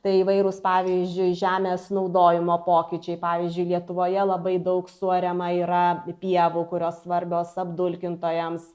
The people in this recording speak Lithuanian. tai įvairūs pavyzdžiui žemės naudojimo pokyčiai pavyzdžiui lietuvoje labai daug suariama yra pievų kurios svarbios apdulkintojams